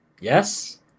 yes